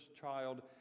child